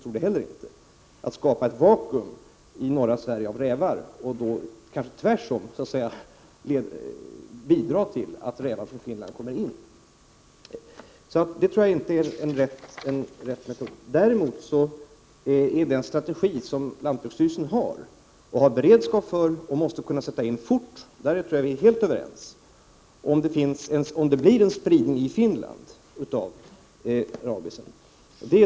Detta skulle vara att skapa ett vakuum av rävar i norra Sverige och därigenom bidra till att rävar från Finland kommer in i Sverige. Däremot tror jag att vi är helt överens om den strategi som lantbruksstyrelsen har och som måste kunna sättas in fort, om det blir en spridning i Finland av rabies.